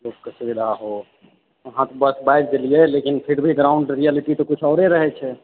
लोककेँ सुविधा हो अहाँ तऽ बस बाजि देलियै लेकिन फिर भी ग्राउण्ड रियेलिटी तऽ कुछ आओरे रहैत छै